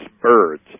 birds